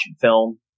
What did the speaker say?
film